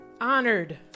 honored